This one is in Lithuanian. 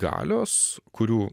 galios kurių